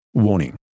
warning